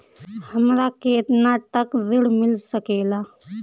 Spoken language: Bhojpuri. हमरा केतना तक ऋण मिल सके ला?